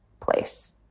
place